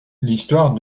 l’histoire